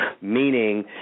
Meaning